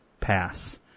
Pass